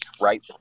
Right